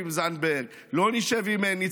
לא נשב עם זנדברג,